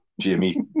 Jimmy